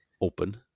open